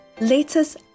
latest